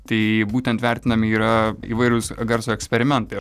tai būtent vertinami yra įvairūs garso eksperimentai